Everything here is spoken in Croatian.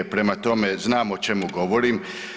Prema tome, znam o čemu govorim.